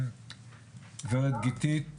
גברת גיתית